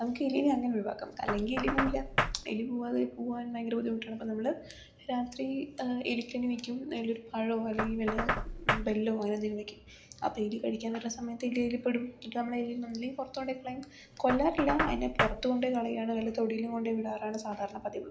നമുക്കെലിയെ അങ്ങനെ ഒഴിവാക്കാം അല്ലെങ്കിൽ എലി പോകില്ല എലി പോകാതെ പോകാൻ ഭയങ്കര ബുദ്ധിമുട്ടാണ് അപ്പോൾ നമ്മൾ രാത്രി എലി കെണി വെക്കും അതിലൊരു പഴവും അല്ലെങ്കിൽ വല്ല ബെല്ലോ അങ്ങനെയെന്തെങ്കിലും വെക്കും അപ്പോൾ എലി കഴിക്കാൻ വരുന്ന സമയത്തു എലി അതിൽപ്പെടും അപ്പോൾ നമ്മൾ എലിയെ ഒന്നുകിൽ പുറത്ത് കൊണ്ട് കളയും കൊല്ലാറില്ല അതിനെ പുറത്തു കൊണ്ട് പോയി കളയുകയാണ് വല്ല തൊടിയിലും കൊണ്ട് വിടാറാണ് സാധാരണ പതിവ്